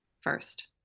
first